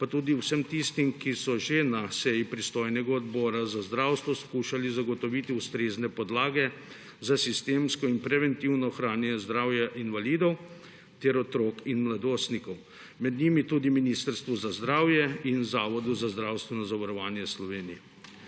pa tudi vsem tistim, ki so že na seji pristojnega Odbora za zdravstvo skušali zagotoviti ustrezne podlage za sistemsko in preventivno ohranjanje zdravja invalidov ter otrok in mladostnikov, med njimi tudi Ministrstvu za zdravje in Zavodu za zdravstveno zavarovanje Slovenije.